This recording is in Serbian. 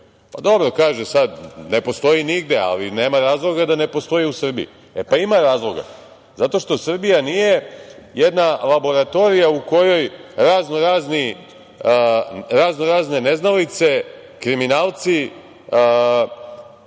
Dobro, kaže sad, ne postoji nigde, a nema razloga da ne postoji u Srbiji.E, pa ima razloga, zato što Srbija nije jedna laboratorija u kojoj raznorazne neznalice, kriminalci,